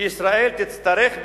שישראל תצטרך,